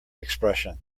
expression